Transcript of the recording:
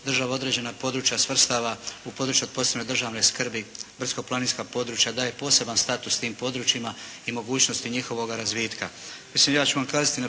država određena područja svrstava u područja od posebne državne skrbi, brdsko-planinska područja, daje poseban status tim područjima i mogućnosti njihova razvitka.